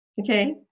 Okay